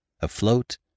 afloat